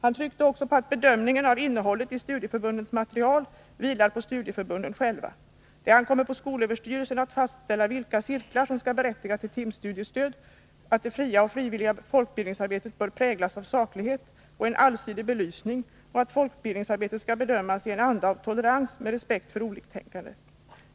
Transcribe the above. Han tryckte också på att bedömningen av innehållet i studieförbundens material vilar på studieförbunden själva. Det ankommer på skolöverstyrelsen att fastställa vilka cirklar som skall berättiga till timstudiestöd. Det fria och frivilliga folkbildningsarbetet bör präglas av saklighet och en allsidig belysning, och folkbildningsarbetet skall bedömas i en anda av tolerans med respekt för oliktänkande.